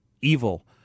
evil